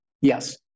Yes